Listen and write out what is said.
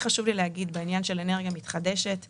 חשוב לי להגיד בעניין של אנרגיה מתחדשת,